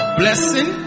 blessing